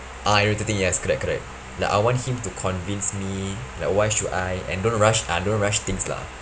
ah irritating yes correct correct like I want him to convince me like why should I and don't rush uh don't rush things lah